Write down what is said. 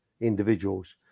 individuals